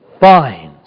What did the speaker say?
finds